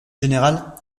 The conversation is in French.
général